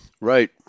Right